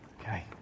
Okay